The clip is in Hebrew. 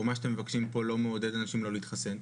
או מה שאתם מבקשים פה, לא מעודד אנשים לא להתחסן?